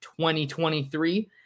2023